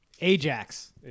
Ajax